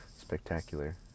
spectacular